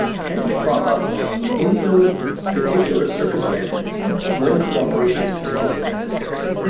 tend to crop up in those particular circumstances when cooperation is particularly necessary.